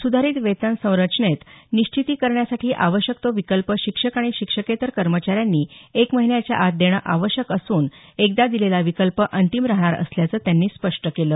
सुधारित वेतन संरचनेत निश्चिती करण्यासाठी आवश्यक तो विकल्प शिक्षक आणि शिक्षकेतर कर्मचाऱ्यांनी एक महिन्याच्या आत देणे आवश्यक असून एकदा दिलेला विकल्प अंतिम राहणार असल्याचं त्यांनी स्पष्ट केलं